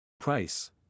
Price